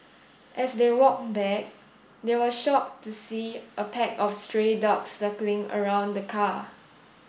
as they walked back they were shocked to see a pack of stray dogs circling around the car